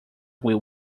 will